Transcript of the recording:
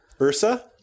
Ursa